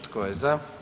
Tko je za?